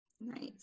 Nice